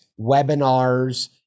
webinars